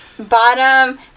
Bottom